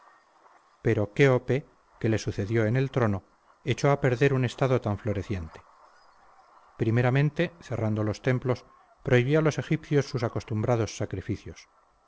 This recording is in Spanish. pero quéope que le sucedió en el trono echó a perder un estado tan floreciente primeramente cerrando los templos prohibió a los egipcios sus acostumbrados sacrificios